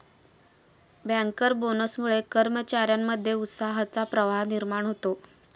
banker बोनसमुळे कर्मचार्यांमध्ये उत्साहाचा प्रवाह निर्माण होतो